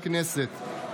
הבא: